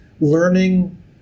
learning